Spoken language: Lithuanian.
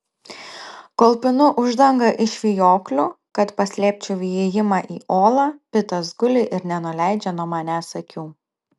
kol pinu uždangą iš vijoklių kad paslėpčiau įėjimą į olą pitas guli ir nenuleidžia nuo manęs akių